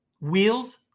wheels